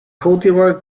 cultivar